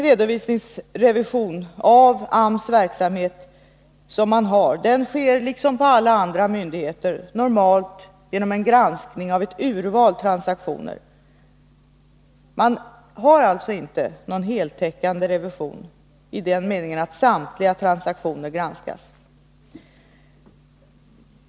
Revisionen av arbetsmarknadsverkets verksamhet sker, liksom på alla andra myndigheter, normalt genom en granskning av ett urval transaktioner. Man har alltså inte någon heltäckande revision i den meningen att samtliga transaktioner granskas.